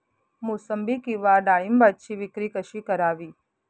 मोसंबी किंवा डाळिंबाची विक्री कशी करावी?